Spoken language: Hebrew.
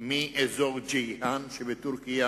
מאזור ג'ייהאן שבטורקיה